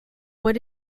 what